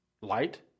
light